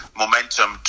momentum